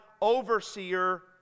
overseer